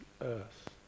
earth